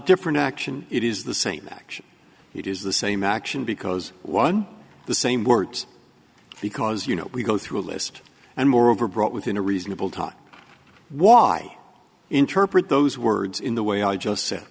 different action it is the same action it is the same action because one the same words because you know we go through a list and moreover brought within a reasonable time why interpret those words in the way i just said